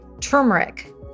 turmeric